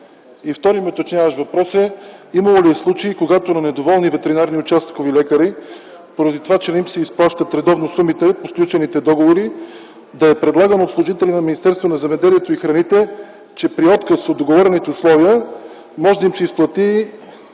И вторият ми уточняващ въпрос е: имало ли е случай, когото на недоволни ветеринарни участъкови лекари, поради това, че не им се изплащат редовно сумите по сключените договори, да е предлагано от служители на Министерството на земеделието и храните, че при отказ от договорените условия, може да им се изплати